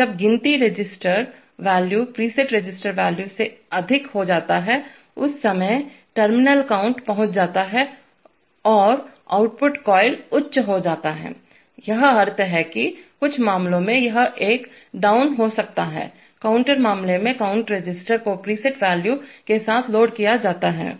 जब गिनती register value preset register value से अधिक हो जाता है उस समय टर्मिनल काउंट पहुंच जाता है और आउटपुट कॉइल उच्च हो जाता है यह अर्थ है कुछ मामलों में यह एक डाउन हो सकता है काउंटर मामले में काउंट रजिस्टर को प्रीसेट रजिस्टर वैल्यू के साथ लोड किया जा सकता है